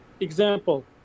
example